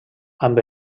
amb